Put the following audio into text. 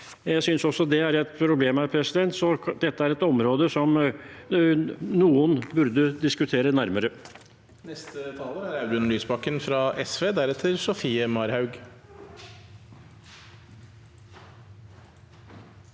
Jeg synes det er et problem her, så dette er et område som noen burde diskutere nærmere.